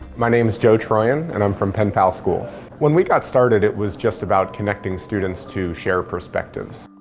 my name is joe troyen, and i'm from penpal schools. when we got started, it was just about connecting students to share perspectives.